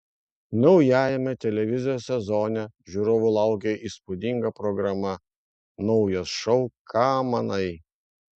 naujajame televizijos sezone žiūrovų laukia įspūdinga programa naujas šou ką manai